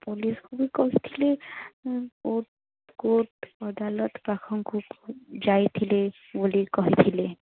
ପୋଲିସ୍କୁ ବି କହିଥିଲେ କୋର୍ଟ୍ କୋର୍ଟ୍ ଅଦାଲତ ପାଖକୁ ଯାଇଥିଲି ବୋଲି କହିଥିଲେ